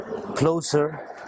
closer